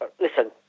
Listen